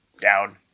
down